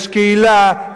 יש קהילה,